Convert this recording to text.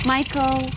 Michael